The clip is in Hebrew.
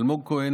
אלמוג כהן,